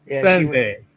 Sunday